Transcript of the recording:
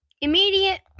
immediate